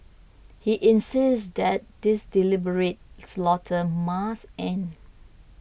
he insisted that this deliberate slaughter must end